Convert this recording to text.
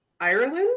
Ireland